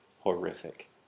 horrific